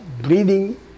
Breathing